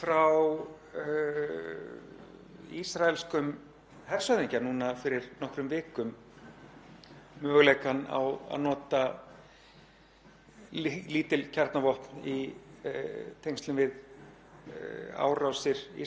lítil kjarnavopn í tengslum við árásir Ísraelshers innan Gaza. Sá var sem betur fer fljótt kveðinn í kútinn af sér